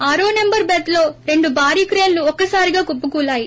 ఆరో సెంబర్ బెర్త్ లో రెండు భారీ క్రేన్లు ఒక్కసారిగా కుప్పకూలాయి